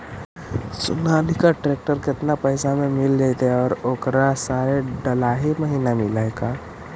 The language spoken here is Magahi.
सोनालिका ट्रेक्टर केतना पैसा में मिल जइतै और ओकरा सारे डलाहि महिना मिलअ है का?